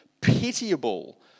pitiable